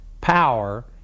power